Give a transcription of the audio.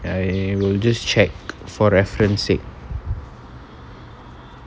I will just check for reference sake